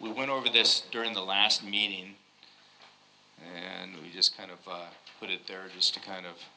we went over this during the last meeting and we just kind of put it there just to kind of